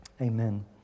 Amen